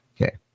Okay